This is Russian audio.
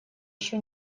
еще